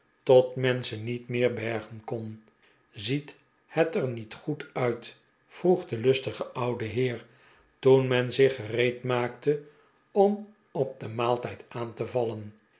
men ze niet meer bergen kon ziet het er niet goed uit vroeg de lustige oude heer toen men zich gereedmaakte om op den maaltijd aan te vallen